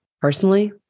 Personally